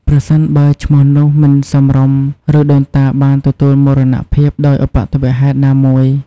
ប្រសិនបើឈ្មោះនោះមិនសមរម្យ ឬដូនតាបានទទួលមរណភាពដោយឧបទ្ទវហេតុណាមួយ។